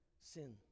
sin